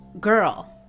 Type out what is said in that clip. Girl